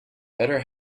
better